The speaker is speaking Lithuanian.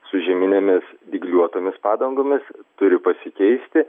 su žieminėmis dygliuotomis padangomis turi pasikeisti